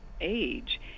age